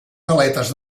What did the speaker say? galetes